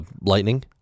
Lightning